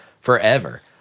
forever